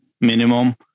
minimum